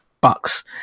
bucks